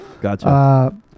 gotcha